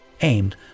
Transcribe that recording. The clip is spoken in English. aimed